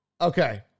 Okay